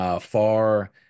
far